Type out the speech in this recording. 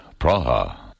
Praha